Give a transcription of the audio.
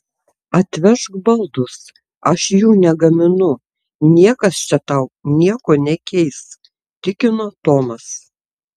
atvežk baldus aš jų negaminu niekas čia tau nieko nekeis tikino tomas